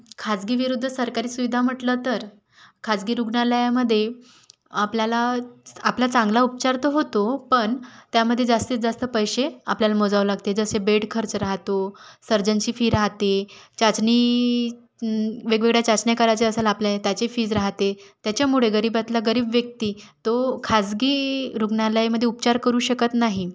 खासगी विरुद्ध सरकारी सुविधा म्हटलं तर खासगी रुग्णालयामध्ये आपल्यालाच आपला चांगला उपचार तर होतो पण त्यामध्ये जास्तीत जास्त पैसे आपल्याला मोजावे लागते जसे बेड खर्च राहतो सर्जनची फी राहते चाचणी वेगवेगळ्या चाचण्या करायच्या असेल आपल्या त्याची फीज राहते त्याच्यामुळे गरीबातला गरीब व्यक्ती तो खासगी रुग्णालयामध्ये उपचार करू शकत नाही